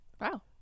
Wow